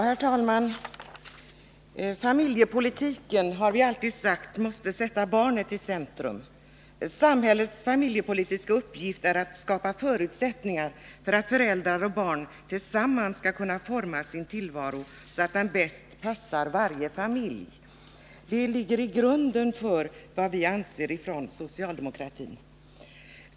Herr talman! Familjepolitiken måste — det har vi alltid sagt — sätta barnet i centrum. Samhällets familjepolitiska uppgift är att skapa förutsättningar för att föräldrar och barn tillsammans skall kunna forma sin tillvaro så som den bäst passar för varje familj. Det är grunden för vad vi anser inom socialdemokratin.